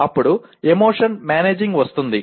అప్పుడు emotion managing వస్తుంది